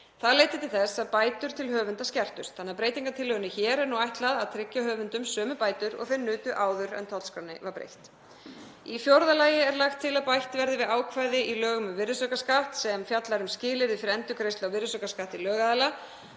Það leiddi til þess að bætur til höfunda skertust. Breytingartillögunni hér er ætlað að tryggja höfundum sömu bætur og þeir nutu áður en tollskránni var breytt. Í fjórða lagi er lagt til að bætt verði við ákvæði í lögum um virðisaukaskatt, sem fjallar um skilyrði fyrir endurgreiðslu á virðisaukaskatti lögaðila,